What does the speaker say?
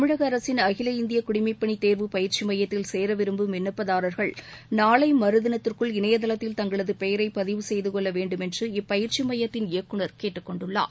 தமிழக அரசின் அகில இந்திய குடிமைப்பணி தேர்வு பயிற்சி மையத்தில் சேர விரும்பும் விண்ணப்பதாரா்கள் நாளை மறுதினத்திற்குள் இணையதளத்தில் தங்களது பெயரை பதிவு செய்து கொள்ள வேண்டுமென்று இப்பயிற்சி மையத்தின் இயக்குனர் கேட்டுக் கொண்டுள்ளார்